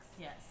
Yes